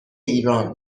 ایران